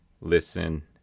listen